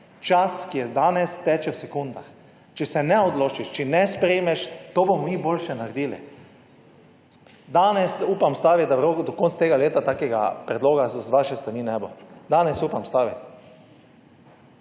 čas, ki je danes, teče v sekundah. Če se ne odločiš, če ne sprejmeš, »to bomo mi boljše naredili«, danes upam staviti, da do konca tega leta takega predloga z vaše strani ne bo. Danes upam staviti.